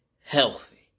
healthy